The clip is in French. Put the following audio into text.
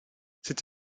cette